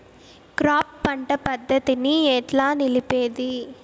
Crop పంట పద్ధతిని ఎట్లా నిలిపేది?